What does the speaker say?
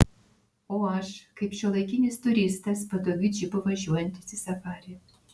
o aš kaip šiuolaikinis turistas patogiu džipu važiuojantis į safarį